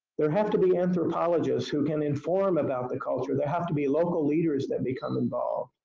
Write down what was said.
there have to be anthropologists who can inform about the culture. there have to be local leaders that become involved.